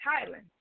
Thailand